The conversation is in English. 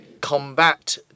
combat